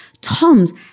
Tom's